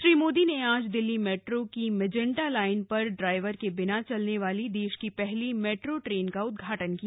श्री मोदी ने आज दिल्ली मेट्रो की मेजेंटा लाइन पर ड्राइवर के बिना चलने वाली देश की पहली मेट्रो ट्रेन का उद्वाटन किया